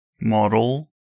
model